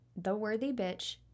theworthybitch